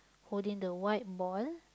holding the white ball